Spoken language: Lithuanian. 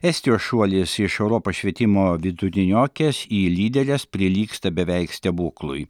estijos šuolis iš europos švietimo vidutiniokės į lyderes prilygsta beveik stebuklui